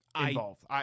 involved